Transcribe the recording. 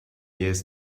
years